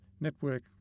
Network